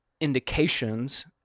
indications